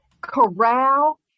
corral